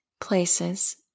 places